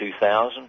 2000